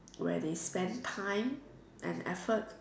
where they spend time and effort